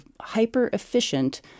hyper-efficient